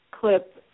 clip